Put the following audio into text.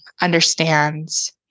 understands